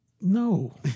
No